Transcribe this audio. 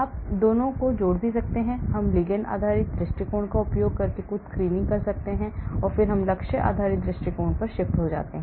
आप दोनों को जोड़ भी सकते हैं हम लिगैंड आधारित दृष्टिकोण का उपयोग करके कुछ स्क्रीनिंग कर सकते हैं और फिर हम लक्ष्य आधारित दृष्टिकोण पर शिफ्ट हो जाते हैं